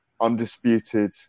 undisputed